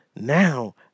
now